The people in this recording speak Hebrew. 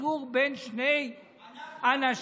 בסכסוך בין שני אנשים,